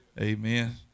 Amen